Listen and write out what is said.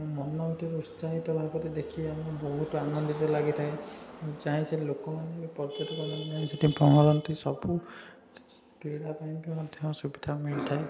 ମନ ଉତ୍ସାହିତ ରହିପାରେ ଦେଖି ଆମକୁ ବହୁତ ଆନନ୍ଦିତ ଲାଗିଥାଏ ମୁଁ ଚାହେଁ ସେ ଲୋକ ମାନେ ପର୍ଯ୍ୟଟକ ମାନେ ସେଇଠି ପହଁରନ୍ତି ସବୁ କ୍ରୀଡ଼ା ପାଇଁ ବି ମଧ୍ୟ ସୁବିଧା ମିଳିଥାଏ